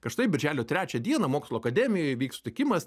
kad štai birželio trečią dieną mokslų akademijoj vyks sutikimas